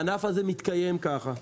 הענף הזה מתקיים כך.